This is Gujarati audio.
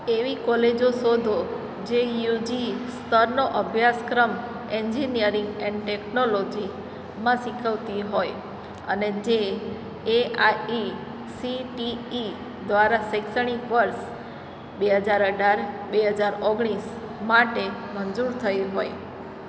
એવી કોલેજો શોધો જે યુજી સ્તરનો અભ્યાસક્રમ એન્જિનીયરિંગ એન્ડ ટેક્નોલોજી માં શીખવતી હોય અને જે A I C T E દ્વારા શૈક્ષણિક વર્ષ બે હજાર અઢાર બે હજાર ઓગણીસ માટે મંજૂર થઈ હોય